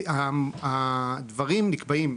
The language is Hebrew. הדברים נקבעים,